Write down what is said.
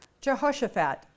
Jehoshaphat